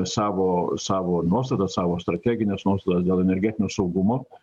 savo savo nuostatas savo strategines nuostatas dėl energetinio saugumo